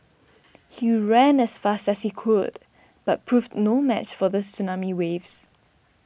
he ran as fast as he could but proved no match for the tsunami waves